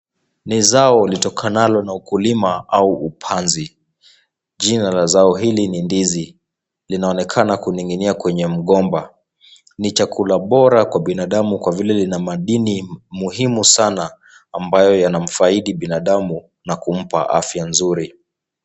Nizao linalotokana na ukulima au upanzi. Jina la zao hili ni ndizi. Linaonekana kuning'inia kwenye mgomba. Ni chakula bora kwa binadamu kwa vile lina madini muhimu sana ambayo yanamfaidi binadamu na kumpa afya nzuri.